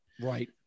right